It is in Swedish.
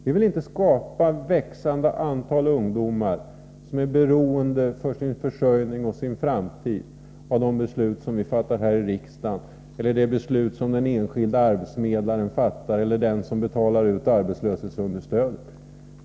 Vi vill inte ha ett växande antal ungdomar som för sin försörjning och sin framtid är beroende av de beslut vi fattar här i riksdagen eller av de beslut som den enskilde arbetsförmedlaren eller den som betalar ut arbetslöshetsunderstöd fattar.